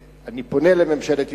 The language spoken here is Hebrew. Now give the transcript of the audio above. ואני פונה אל ממשלת ישראל: